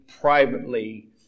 Privately